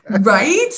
right